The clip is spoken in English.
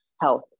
health